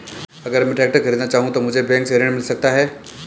अगर मैं ट्रैक्टर खरीदना चाहूं तो मुझे बैंक से ऋण मिल सकता है?